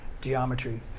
geometry